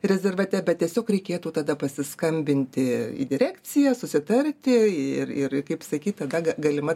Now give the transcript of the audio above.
rezervate bet tiesiog reikėtų tada pasiskambinti į direkciją susitarti ir ir kaip sakyt ga ga galima